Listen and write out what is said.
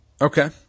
Okay